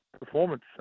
performance